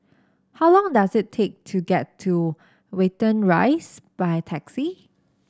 how long does it take to get to Watten Rise by taxi